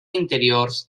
interiors